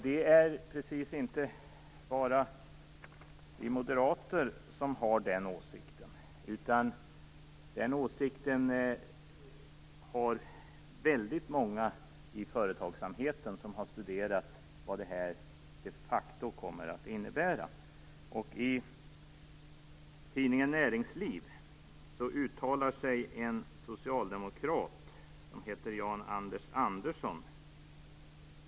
Det är inte bara vi moderater som har den åsikten, utan den åsikten har också väldigt många inom företagsamheten som har studerat vad detta de facto kommer att innebära. I tidningen Näringsliv uttalar sig en socialdemokrat som heter Jan-Anders Andersson om förslaget.